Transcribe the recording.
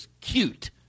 cute